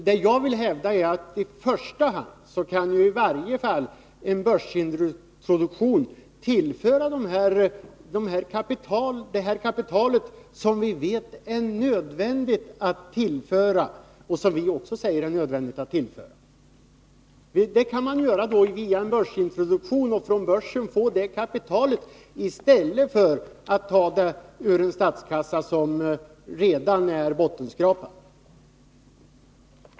Vad jag i första hand vill hävda är att nödvändigt kapital kan tillföras genom en introduktion på börsen, något som vi redan framhållit. Genom börsen kan man få det erforderliga kapitalet, i stället för att ta det från en statskassa som redan är bottenskrapad.